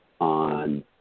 on